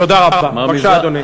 בבקשה, אדוני.